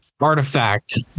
artifact